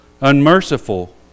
Unmerciful